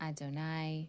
Adonai